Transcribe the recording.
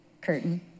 curtain